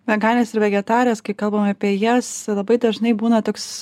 vegatės ir vegetarės kai kalbam apie jas labai dažnai būna toks